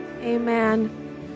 Amen